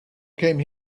came